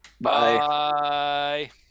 Bye